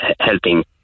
helping